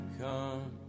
come